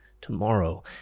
tomorrow